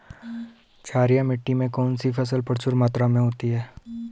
क्षारीय मिट्टी में कौन सी फसल प्रचुर मात्रा में होती है?